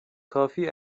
کافی